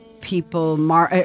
people